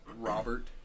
Robert